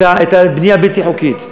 את הבנייה הבלתי-חוקית.